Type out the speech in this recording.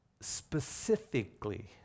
specifically